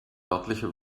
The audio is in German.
örtliche